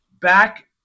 Back